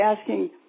asking